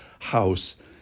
house